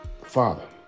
Father